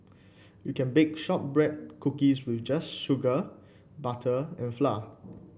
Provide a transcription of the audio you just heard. you can bake shortbread cookies with just sugar butter and flour